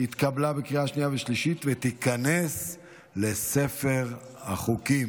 התקבלה בקריאה שנייה ושלישית, ותיכנס לספר החוקים.